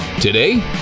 Today